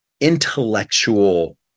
intellectual